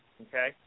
Okay